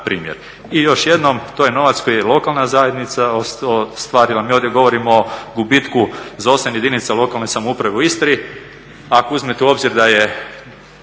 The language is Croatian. I još jednom, to je novac koji je lokalna zajednica ostvarila. Mi ovdje govorimo o gubitku za 8 jedinica lokalne samouprave u Istri.